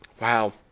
Wow